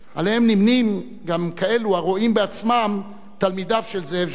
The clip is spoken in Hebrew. עמם נמנים גם כאלו הרואים בעצמם תלמידיו של זאב ז'בוטינסקי.